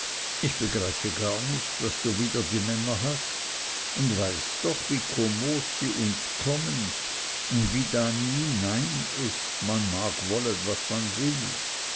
ich begreife gar nicht was du wider die männer hast und weißt doch wie kommod sie uns kommen und wie da nie nein ist man mag wollen was man will